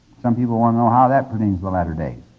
some people want to know how that pertains to the latter-days.